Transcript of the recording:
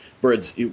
birds